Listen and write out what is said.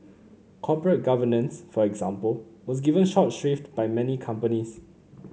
corporate governance for example was given short shrift by many companies